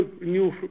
new